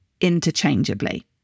interchangeably